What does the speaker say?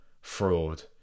fraud